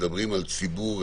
מדברים על ציבור,